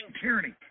tyranny